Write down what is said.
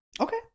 Okay